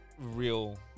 real